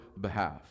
behalf